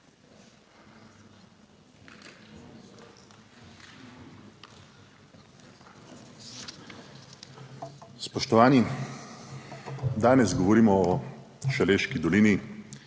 Spoštovani! Danes govorimo o Šaleški dolini,